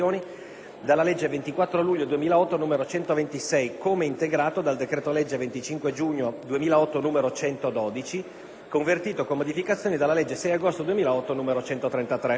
dalla legge 24 luglio 2008, n. 126, come integrato dal decreto-legge 25 giugno 2008, n. 112, convertito, con modificazioni, dalla legge 6 agosto 2008, n. 133.